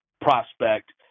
prospect